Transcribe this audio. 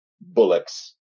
Bullock's